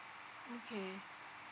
okay